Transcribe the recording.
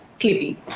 sleepy